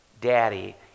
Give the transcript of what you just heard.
daddy